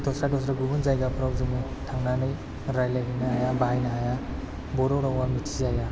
दस्रा दस्रा गुबुन जायगाफ्राव जोङो थांनानै रायज्लाय हैनो हाया बाहायनो हाया बर' रावा मिथि जाया